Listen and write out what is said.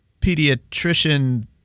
Pediatrician